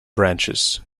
branches